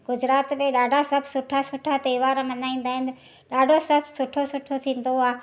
गुजरात में ॾाढा सभु सुठा सुठा त्योहार मल्हाईंदा आहिनि ॾाढो सभु सुठो सुठो थींदो आहे